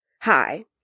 Hi